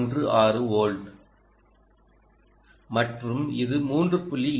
16 volt மற்றும் இது 3